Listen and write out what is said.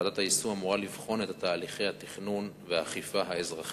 ועדת היישום אמורה לבחון את תהליכי התכנון והאכיפה האזרחית,